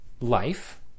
life